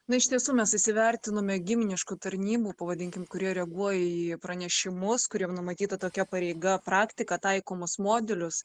na iš tiesų mes įsivertinome giminiškų tarnybų pavadinkim kurie reaguoja į pranešimus kuriem numatyta tokia pareiga praktiką taikomus modelius